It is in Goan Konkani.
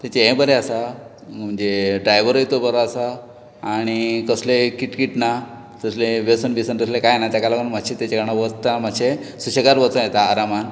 तेचे हे बरें आसा म्हणजे ड्रायवरुय तो बरो आसा आनी कसले किटकिट ना कसले वेसन बिसन तसले कांय ना तेका लागून मातशे तेचे वांगडा वचता मातशें सुशेगात वचों येता आरामान